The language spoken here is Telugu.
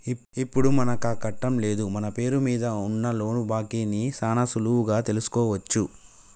ఇప్పుడు మనకాకట్టం లేదు మన పేరు మీద ఉన్న లోను బాకీ ని సాన సులువుగా తెలుసుకోవచ్చు